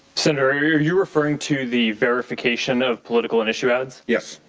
senator, are you referring to the verification of political and issue ads. yes.